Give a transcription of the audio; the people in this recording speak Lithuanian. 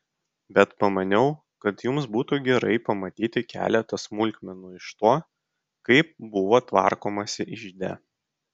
bet pamaniau kad jums būtų gerai pamatyti keletą smulkmenų iš to kaip buvo tvarkomasi ižde